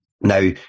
now